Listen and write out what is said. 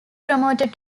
promoted